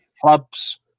clubs